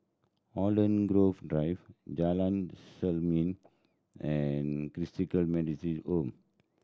Holland Grove Drive Jalan Selimang and Christalite Methodist Home